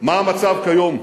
מה המצב כיום?